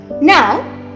Now